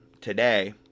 today